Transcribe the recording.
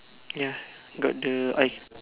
ya got the ice